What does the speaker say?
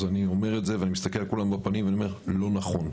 אז אני אומר את זה ואני מסתכל על כולם בפנים ואני אומר: לא נכון.